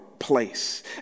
place